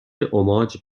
اُماج